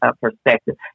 perspective